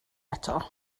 eto